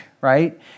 right